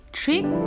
trick